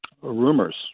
Rumors